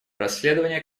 расследование